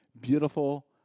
beautiful